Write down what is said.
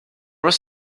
was